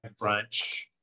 brunch